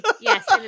Yes